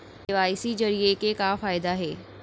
KYC जरिए के का फायदा हे?